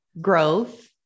growth